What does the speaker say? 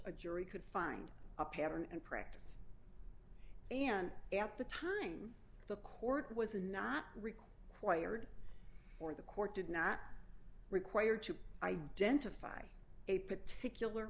a jury could find a pattern and practice and at the time the court was not required or the court did not require to identify a particular